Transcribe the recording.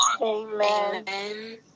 Amen